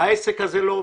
העסק הזה לא עובד.